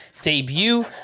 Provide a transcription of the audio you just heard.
debut